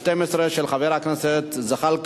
התשע"ב 2012, של חבר הכנסת זחאלקה,